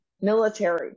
military